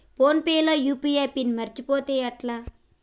Phone pay లో UPI pin మరచిపోతే ఎట్లా?